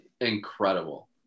incredible